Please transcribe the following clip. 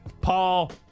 Paul